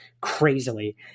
crazily